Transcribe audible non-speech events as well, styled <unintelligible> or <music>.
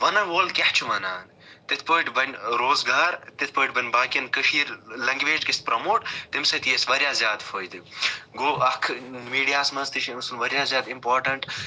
وَنن وول کیاہ چھُ وَنان تہٕ تِتھ پٲٹھۍ بَنہِ روزگار تِتھ پٲٹھۍ بَنہِ باقین کٔشیٖر لنٛگوٮ۪ج گژھِ پرٛموٹ تَمہِ سۭتۍ یہِ اَسہِ واریاہ زیادٕ فٲیدٕ گوٚو اکھ میٖڈیاہَس منٛز تہِ چھُ <unintelligible> واریاہ زیادٕ اِمپاٹنٛٹ